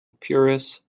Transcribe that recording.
puris